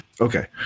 okay